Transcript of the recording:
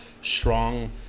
strong